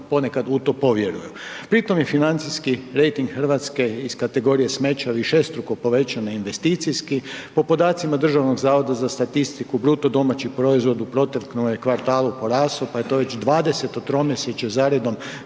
ponekad u to povjeruju. Pri tome je financijski rejting Hrvatske iz kategorije smeća višestruko povećan na investicijski. Po podacima Državnog zavoda za statistiku BDP u proteklom je kvartalu porastao pa je to već 20-to tromjesečje za redom